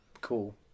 cool